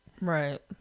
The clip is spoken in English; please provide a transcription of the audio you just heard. Right